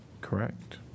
Correct